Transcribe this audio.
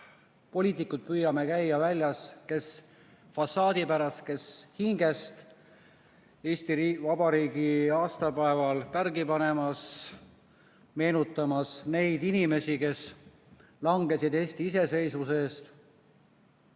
poliitikud, püüame käia, kes fassaadi pärast, kes hingest, Eesti Vabariigi aastapäeval pärgi panemas, meenutamas neid inimesi, kes langesid Eesti iseseisvuse eest.